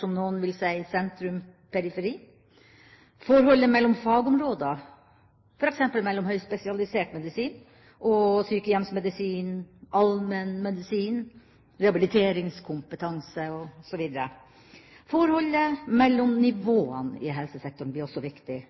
som noen vil si, sentrum–periferi forholdet mellom fagområdene, f.eks. mellom høyspesialisert medisin, sykehjemsmedisin, allmennmedisin, rehabiliteringskompetanse osv. forholdet mellom nivåene i helsesektoren blir også viktig,